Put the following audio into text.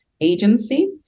agency